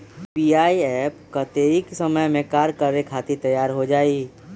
UPI app कतेइक समय मे कार्य करे खातीर तैयार हो जाई?